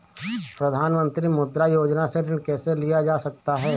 प्रधानमंत्री मुद्रा योजना से ऋण कैसे लिया जा सकता है?